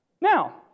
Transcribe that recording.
Now